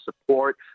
support